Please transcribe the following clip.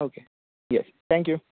okay yes thank you